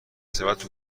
ثروت